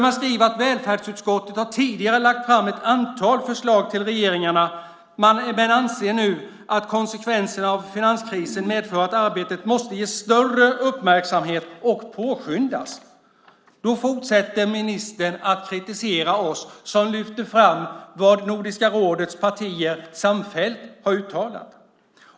Man skriver att välfärdsutskottet tidigare har lagt fram ett antal förslag till regeringarna men att man nu anser att konsekvenserna av finanskrisen medför att arbetet måste ges större uppmärksamhet och påskyndas. Då fortsäter ministern att kritisera oss som lyfter fram vad Nordiska rådets partier samfällt har uttalat.